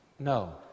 No